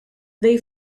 they